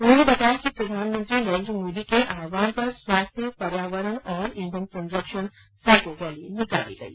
उन्होंने बताया कि प्रधानमंत्री नरेंद्र मोदी के आहवान पर स्वास्थ्य पर्यावरण और ईंधन संरक्षण साइकिल रैली निकाली गई